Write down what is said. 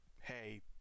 hey